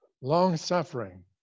long-suffering